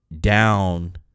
down